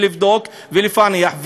לבדוק ולפענח,